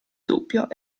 dubbio